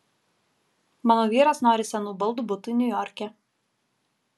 mano vyras nori senų baldų butui niujorke